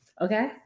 Okay